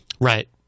Right